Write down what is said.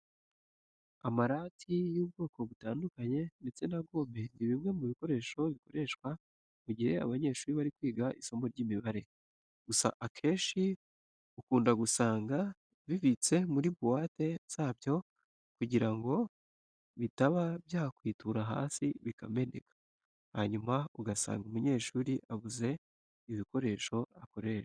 Amarati y'ubwoko butandukanye ndetse na gome, ni bimwe mu bikoresho bikoreshwa mu gihe abanyeshuri bari kwiga isomo ry'imibare. Gusa akenshi ukunda gusanga bibitse muri buwate zabyo kugira ngo bitaba byakwitura hasi bikameneka, hanyuma ugasanga umunyeshuri abuze ibikoresho akoresha.